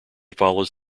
follows